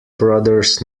brothers